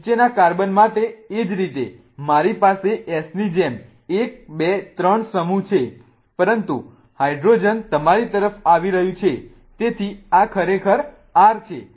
નીચેના કાર્બન માટે એ જ રીતે મારી પાસે S ની જેમ 1 2 3 સમુહ છે પરંતુ હાઇડ્રોજન તમારી તરફ આવી રહ્યું છે તેથી આ ખરેખર R છે